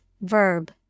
verb